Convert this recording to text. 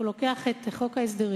הוא לוקח את חוק ההסדרים,